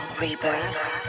rebirth